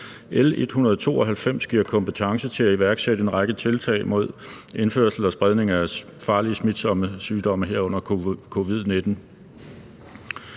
L 192 giver kompetence til at iværksætte en række tiltag mod indførsel og spredning af farlige smitsomme sygdomme, herunder covid-19.